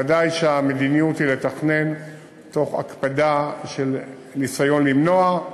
ודאי שהמדיניות היא לתכנן תוך הקפדה וניסיון למנוע,